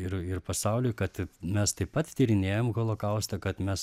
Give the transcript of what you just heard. ir ir pasauliui kad mes taip pat tyrinėjam holokaustą kad mes